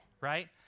right